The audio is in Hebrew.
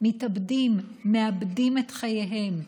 הם מתאבדים, מאבדים את חייהם.